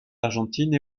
argentine